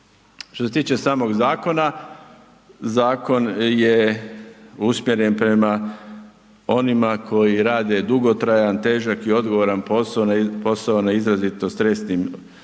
Što se tiče samog zakona, zakon je usmjeren prema onima koji rade dugotrajan, težak i odgovoran posao, posao na izrazito stresnim, sa